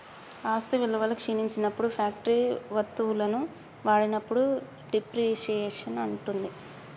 ఆస్తి విలువ క్షీణించినప్పుడు ఫ్యాక్టరీ వత్తువులను వాడినప్పుడు డిప్రిసియేషన్ ఉంటది